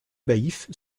baillif